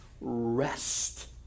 rest